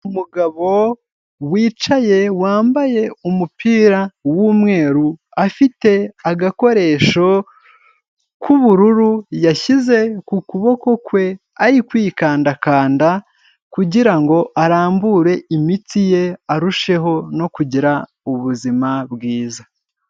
Umugabo wicaye wambaye umupira w'umweru afite agakoresho k'ubururu yashyize ku kuboko kwe ari kwikandakanda kugirango arambure imitsi ye arusheho no kugira ubuzima bwiza.